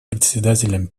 председателям